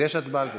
יש הצבעה על זה.